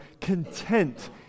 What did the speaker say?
content